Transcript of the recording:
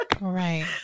Right